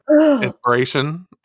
inspiration